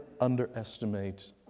underestimate